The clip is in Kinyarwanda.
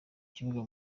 kibuga